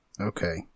Okay